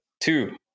two